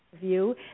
view